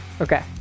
Okay